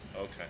Okay